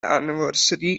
anniversary